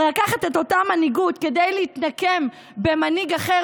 לקחת את אותה מנהיגות כדי להתנקם במנהיג אחר,